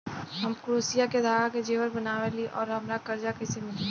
हम क्रोशिया के धागा से जेवर बनावेनी और हमरा कर्जा कइसे मिली?